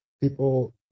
people